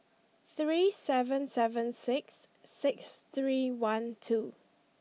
three seven seven six six three one two